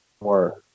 more